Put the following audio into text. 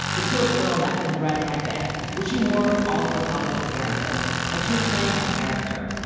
the teal turtleneck and the red headband, which she wore to all of her public appearances like she was playing a character.